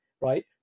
right